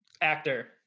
actor